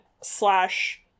slash